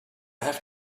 have